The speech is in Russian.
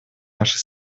наши